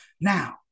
Now